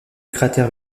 cratère